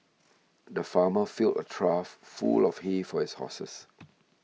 the farmer filled a trough full of hay for his horses